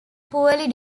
poorly